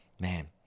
man